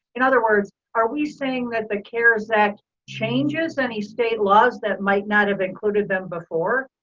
in other words, are we saying that the cares act changes any state laws that might not have included them before?